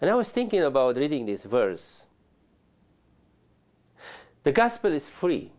and i was thinking about reading this verse the gospel is free